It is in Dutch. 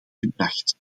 gebracht